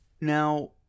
Now